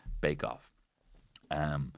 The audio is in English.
bake-off